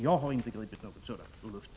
Jag har inte härvidlag gripit någonting ur luften.